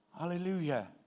Hallelujah